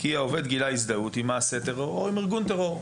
"כי העובד גילה הזדהות עם מעשה טרור או עם ארגון טרור".